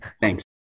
Thanks